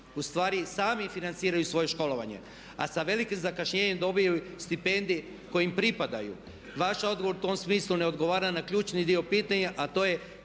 ustvari sami financiraju svoje školovanje. A sa velikim zakašnjenjem dobiju stipendije koje im pripadaju. Vaš odgovor u tom smislu ne odgovara na ključni dio pitanja a to je